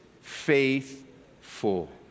faithful